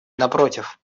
напротив